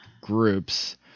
groups